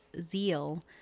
zeal